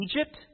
Egypt